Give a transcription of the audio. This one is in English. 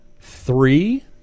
three